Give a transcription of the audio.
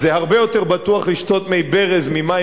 הרבה יותר בטוח לשתות מי ברז מאשר מים